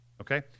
okay